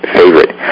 favorite